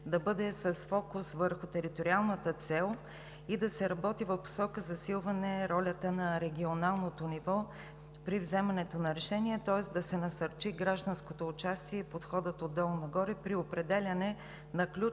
да бъде с фокус върху териториалната цел и да се работи в посока засилване ролята на регионалното ниво при вземането на решения. Тоест да се насърчи гражданското участие и подходът от долу нагоре при определяне на ключовите